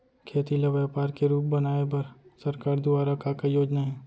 खेती ल व्यापार के रूप बनाये बर सरकार दुवारा का का योजना हे?